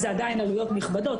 אז זה עדיין עלויות נכבדות,